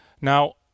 Now